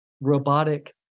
robotic